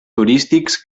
turístics